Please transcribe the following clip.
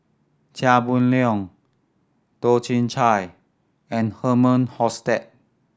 Chia Boon Leong Toh Chin Chye and Herman Hochstadt